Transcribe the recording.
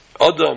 Adam